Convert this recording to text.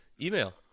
email